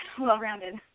well-rounded